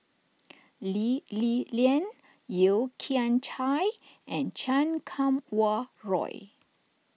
Lee Li Lian Yeo Kian Chai and Chan Kum Wah Roy